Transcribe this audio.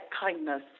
kindness